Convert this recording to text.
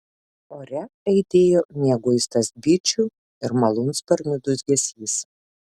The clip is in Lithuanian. ore aidėjo mieguistas bičių ir malūnsparnių dūzgesys